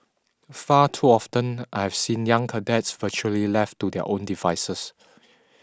far too often I have seen young cadets virtually left to their own devices